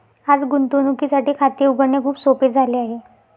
आज गुंतवणुकीसाठी खाते उघडणे खूप सोपे झाले आहे